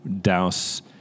douse